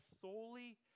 solely